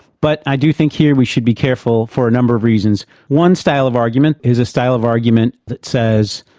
but i do think here we should be careful, for a number of reasons. one style of argument is a style of argument that says,